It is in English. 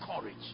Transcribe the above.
courage